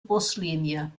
buslinie